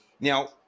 Now